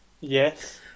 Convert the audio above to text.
Yes